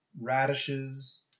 radishes